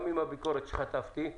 גם עם הביקורת שחטפתי,